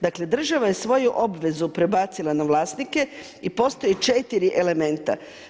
Dakle država je svoju obvezu prebacila na vlasnike i postoji 4 elementa.